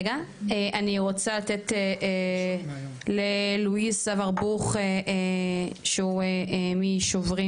אני רוצה לתת ללואיס אברבוך שהוא מ"שוברים